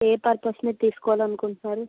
ఏ purpose మీద తీసుకోవాలి అనుకుంటున్నారు